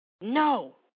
No